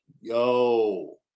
yo